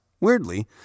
Weirdly